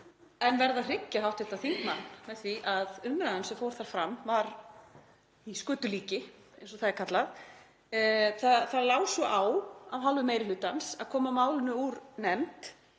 en verð að hryggja hv. þingmann með því að umræðan sem fór þar fram var í skötulíki, eins og það er kallað. Það lá svo á af hálfu meiri hlutans að koma málinu úr nefnd